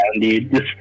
dude